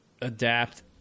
adapt